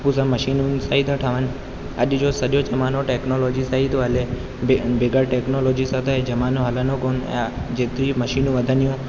हू सभु मशीनुनि सां ई था ठहनि अॼ जो सॼो ज़मानो टेक्नोलॉजी सां ई थो हले बि बग़ैर टेक्नोलॉजी सां त ई ज़मानो हलंदो ई कोन ऐं जेतिरियूं मशीनूं वधंदियूं